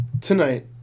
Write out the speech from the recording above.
Tonight